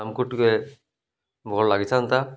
ଆମକୁ ଟିକେ ଭଲ ଲାଗିଥାନ୍ତା